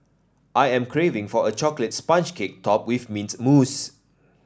I am craving for a chocolate sponge cake topped with mint mousse